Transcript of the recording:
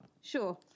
Sure